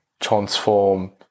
transform